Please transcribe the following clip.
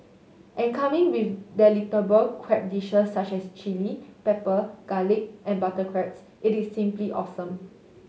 and coming with delectable crab dishes such as chilli pepper garlic and butter crabs it is simply awesome